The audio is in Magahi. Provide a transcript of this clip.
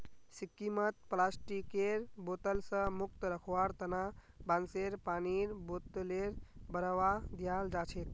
सिक्किमत प्लास्टिकेर बोतल स मुक्त रखवार तना बांसेर पानीर बोतलेर बढ़ावा दियाल जाछेक